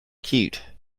cute